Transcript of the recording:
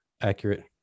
Accurate